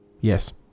Yes